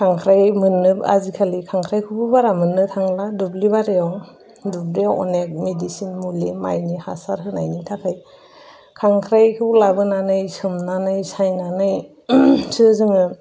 खांख्राइ मोननो आजिखालि खांख्राइखौबो बारा मोननो थांला दुब्लि बारियाव दुब्लियाव अनेक मेदिसिन मुलि माइनि हासार होनायनि थाखाय खांख्राइखौ लाबोनानै सोमनानै सायनानै सो जोङो